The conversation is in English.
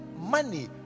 money